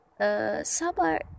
sabar